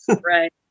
right